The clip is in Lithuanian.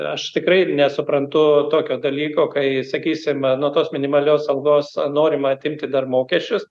aš tikrai nesuprantu tokio dalyko kai sakysim nuo tos minimalios algos norima atimti dar mokesčius